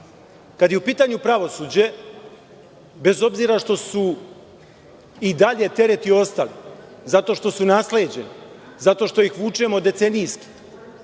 je u pitanju pravosuđe, bez obzira što su i dalje tereti ostali zato što su nasleđeni, zato što ih vučemo decenijski,